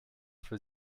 für